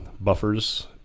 buffers